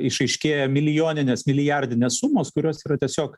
išaiškėja milijoninės milijardinės sumos kurios yra tiesiog